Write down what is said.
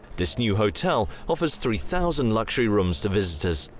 this new hotel offers three thousand luxury rooms to visitors.